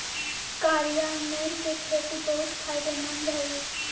कारिया अंगूर के खेती बहुत फायदेमंद हई